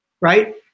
Right